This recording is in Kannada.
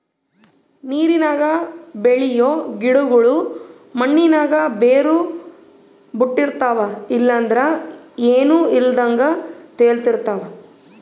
ನೀರಿನಾಗ ಬೆಳಿಯೋ ಗಿಡುಗುಳು ಮಣ್ಣಿನಾಗ ಬೇರು ಬುಟ್ಟಿರ್ತವ ಇಲ್ಲಂದ್ರ ಏನೂ ಇಲ್ದಂಗ ತೇಲುತಿರ್ತವ